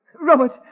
Robert